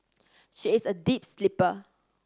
she is a deep sleeper